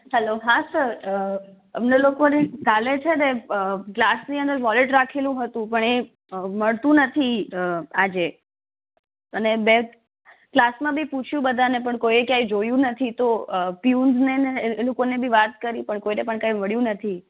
hello હા sir અમને લોકોને કાલે છે ને ક્લાસની અંદર વૉલેટ રાખેલું હતું પણ એ મળતું નથી આજે અને બે ક્લાસમાં બી પૂછ્યું બધાને પણ કોઈએ ક્યાંય જોયું નથી તો પ્યુન્સને ને એ લોકોને બી વાત કરી પણ કોઈને પણ કંઈ મળ્યું નથી